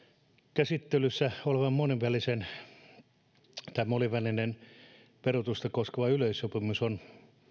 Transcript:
käsittelyssä oleva monenvälinen verotusta koskeva yleissopimus on